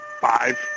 five